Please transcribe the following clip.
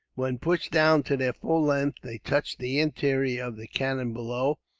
when pushed down to their full length, they touched the interior of the cannon below,